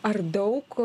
ar daug